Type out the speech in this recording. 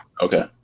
okay